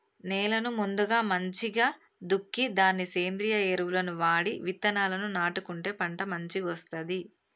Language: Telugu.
నేలను ముందుగా మంచిగ దుక్కి దున్ని సేంద్రియ ఎరువులను వాడి విత్తనాలను నాటుకుంటే పంట మంచిగొస్తది